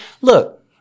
look